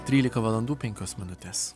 trylika valandų penkios minutės